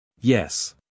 Yes